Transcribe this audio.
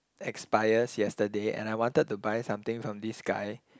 expires yesterday and I wanted to buy something from this guy